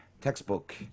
Textbook